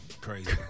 Crazy